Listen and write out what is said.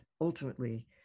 ultimately